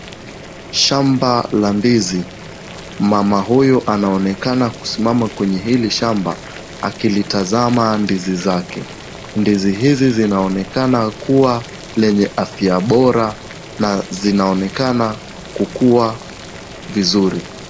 Shamba la ndizi, mama huyu anaonekana kusimama kwenye hili shamba akizitazama ndizi zake, ndizi hizi zinaonekana kuwa zenye afya bora na zinaonekana kukua vuzuri.